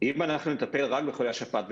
אם אנחנו נטפל רק בחולי השפעת,